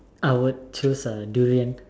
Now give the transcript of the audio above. I would choose a durian